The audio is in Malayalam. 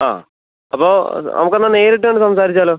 ആ അപ്പോൾ നമുക്ക് എന്നാൽ നേരിട്ട് കണ്ട് സംസാരിച്ചാലോ